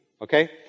okay